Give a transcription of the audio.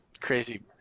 crazy